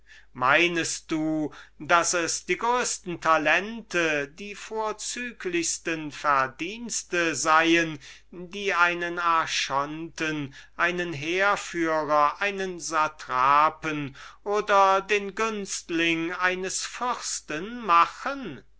meinest du daß es allein die größten talente die vorzüglichsten verdienste seien die einen archonten einen heerführer einen satrapen oder den günstling eines fürsten machen